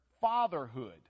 fatherhood